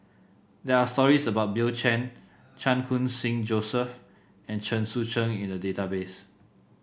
there are stories about Bill Chen Chan Khun Sing Joseph and Chen Sucheng in the database